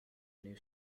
new